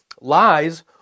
lies